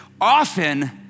often